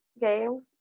games